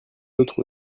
autre